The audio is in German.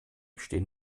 stehen